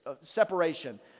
separation